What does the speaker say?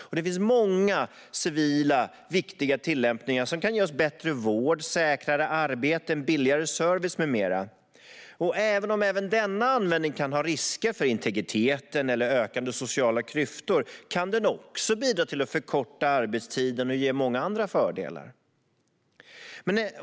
Och det finns många civila, viktiga tillämpningar som kan ge oss bättre vård, säkrare arbeten, billigare service med mera. Även om denna användning kan ha risker för integriteten eller ökande sociala klyftor kan den också bidra till att förkorta arbetstiden och ge många andra fördelar.